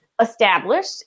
established